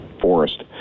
forest